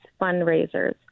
fundraisers